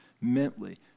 mentally